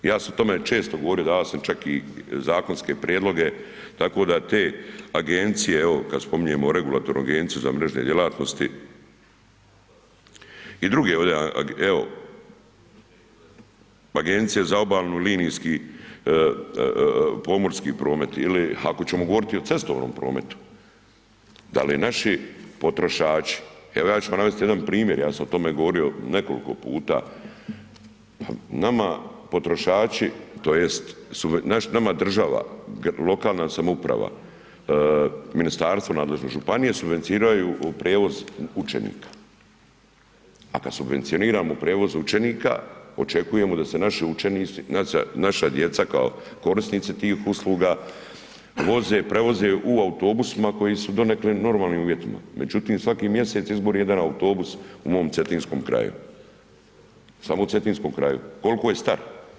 Ja sam o tome često govorio, davao sam čak i zakonske prijedloge tako da te agencije, evo kada spominjemo regulatornu Agenciju za mrežne djelatnosti i druge ove, evo Agencija za obalni linijski pomorski promet ili ako ćemo govoriti o cestovnom prometu, da li naši potrošači, evo ja ću vam navesti jedan primjer, ja sam o tome govorio nekoliko puta, nama potrošači tj. nama država lokalna samouprava, ministarstvo nadležno, županije financiraju prijevoz učenika, a kada subvencioniramo prijevoz učenika očekujemo da se naši učenici, naša djeca kao korisnici tih usluga voze, prevoze u autobusima koji su u donekle normalnim uvjetima, međutim svaki mjesec izgori jedan autobus u mom Cetinskom kraju, samo u Cetinskom kraju koliko je star.